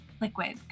liquid